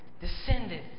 descended